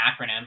acronym